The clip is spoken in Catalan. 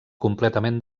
completament